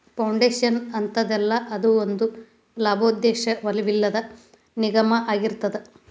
foundation ಅಂತದಲ್ಲಾ, ಅದು ಒಂದ ಲಾಭೋದ್ದೇಶವಿಲ್ಲದ್ ನಿಗಮಾಅಗಿರ್ತದ